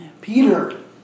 Peter